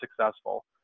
successful